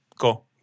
Cool